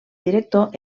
director